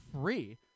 free